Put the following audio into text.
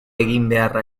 eginbeharra